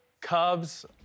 Cubs